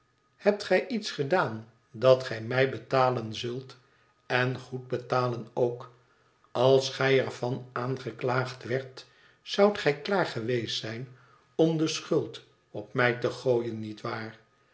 hebt gij iets gedaan dat gij mij betalen zult en goed betalen ook als gij er van aangeklaagd werdt zoudt gij klaar geweest zijn om de schuld op mij te gooien niet waar